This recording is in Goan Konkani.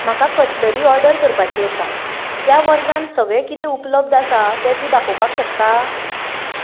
म्हाका कटलरी ऑर्डर करपाची आसा त्या वर्गांत सगळें कितें उपलब्ध आसा तें तूं दाखोवपाक शकता